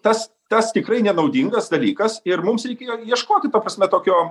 tas tas tikrai nenaudingas dalykas ir mums reikia jo ieškoti ta prasme tokio